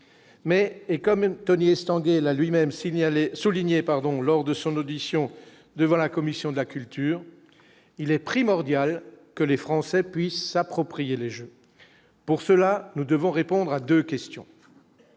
mais et quand même Tony Estanguet, la lui-même signalé souligné pardon lors de son audition devant la commission de la culture, il est primordial que les Français puissent s'approprier les Jeux pour cela nous devons répondre à 2 questions: